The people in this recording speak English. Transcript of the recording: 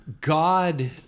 God